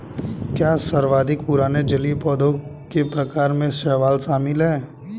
क्या सर्वाधिक पुराने जलीय पौधों के प्रकार में शैवाल शामिल है?